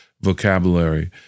vocabulary